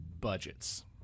budgets